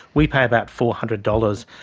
we pay about four hundred dollars